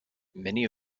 many